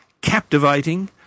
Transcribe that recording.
captivating